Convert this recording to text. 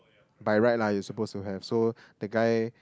by right lah you supposed to have so the guy